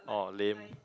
orh lame